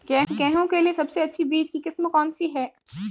गेहूँ के लिए सबसे अच्छी बीज की किस्म कौनसी है?